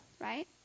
right